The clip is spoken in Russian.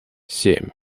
семь